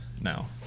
now